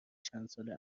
چندسال